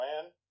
plan